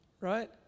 Right